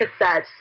cassettes